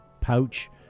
pouch